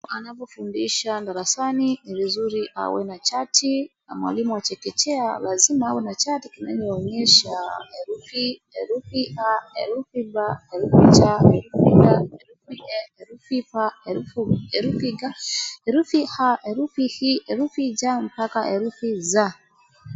Anapofundisha darasani, ni vizuri awe na chati. Na mwalimu wa chekechea lazima awe na chati kinachoonyesha herufi, herufi A, herufi B, herufi C, herufi D, herufi E, herufi F, herufi G, herufi H, herufi I, herufi J mpaka herufi Z.